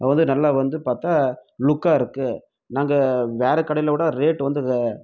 அது வந்து நல்லா வந்து பார்த்தா லுக்காக இருக்குது நாங்கள் வேற கடையில் விட ரேட் வந்து இது